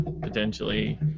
potentially